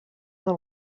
del